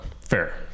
Fair